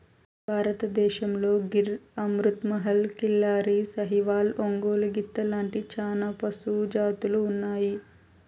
భారతదేశంలో గిర్, అమృత్ మహల్, కిల్లారి, సాహివాల్, ఒంగోలు గిత్త లాంటి చానా పశు జాతులు ఉన్నాయి